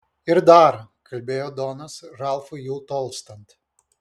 ir dar kalbėjo donas ralfui jau tolstant